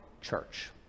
church